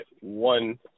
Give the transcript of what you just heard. one